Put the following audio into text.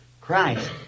Christ